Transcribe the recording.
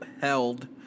held